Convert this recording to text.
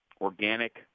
organic